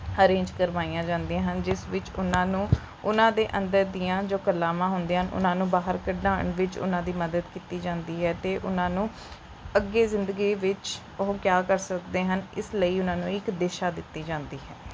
arrange ਕਰਵਾਈਆਂ ਜਾਂਦੀਆਂ ਹਨ ਜਿਸ ਵਿੱਚ ਉਨ੍ਹਾਂ ਨੂੰ ਉਨ੍ਹਾਂ ਦੇ ਅੰਦਰ ਦੀਆਂ ਜੋ ਕਲਾਵਾਂ ਹੁੰਦੀਆਂ ਹਨ ਉਨ੍ਹਾਂ ਨੂੰ ਬਾਹਰ ਕਢਾਉਣ ਵਿੱਚ ਉਨ੍ਹਾਂ ਦੀ ਮਦਦ ਕੀਤੀ ਜਾਂਦੀ ਹੈ ਅਤੇ ਉਨ੍ਹਾਂ ਨੂੰ ਅੱਗੇ ਜ਼ਿੰਦਗੀ ਵਿੱਚ ਉਹ ਕਿਆ ਕਰ ਸਕਦੇ ਹਨ ਇਸ ਲਈ ਉਨ੍ਹਾਂ ਨੂੰ ਇੱਕ ਦਿਸ਼ਾ ਦਿੱਤੀ ਜਾਂਦੀ ਹੈ